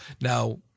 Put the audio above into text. Now